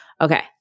okay